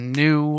new